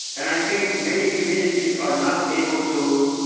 and i think many communities are not able to